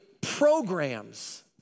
programs